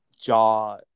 jaw